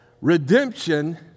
Redemption